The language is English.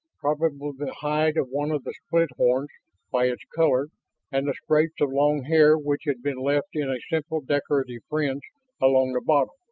probably the hide of one of the split horns by its color and the scraps of long hair which had been left in a simple decorative fringe along the bottom.